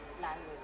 language